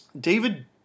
David